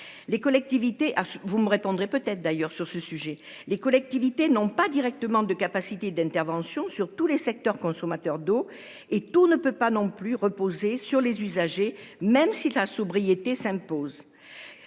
Les collectivités à vous me répondrez peut-être d'ailleurs sur ce sujet. Les collectivités n'ont pas directement de capacité d'intervention sur tous les secteurs consommateurs d'eau et tout ne peut pas non plus reposer sur les usagers. Même si la sobriété s'impose.